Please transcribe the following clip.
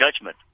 judgment